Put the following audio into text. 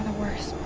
worst